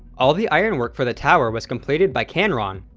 all the iron work for the tower was completed by canron,